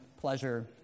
pleasure